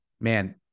man